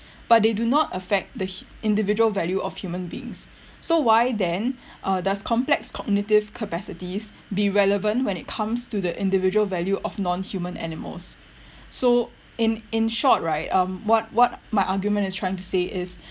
but they do not effect the h~ individual value of human beings so why then uh does complex cognitive capacities be relevant when it comes to the individual value of non human animals so in in short right um what what my argument is trying to say is